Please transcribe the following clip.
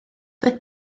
doedd